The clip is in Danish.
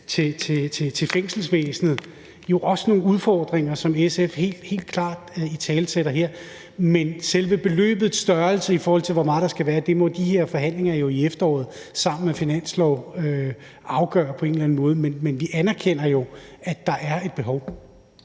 til fængselsvæsenet jo også nogle udfordringer, som SF helt klart italesætter her, men selve beløbets størrelse, i forhold til hvor meget der skal være, må de her forhandlinger i efteråret jo sammen med finansloven afgøre på en eller anden måde. Men vi anerkender jo, at der er et behov.